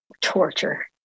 torture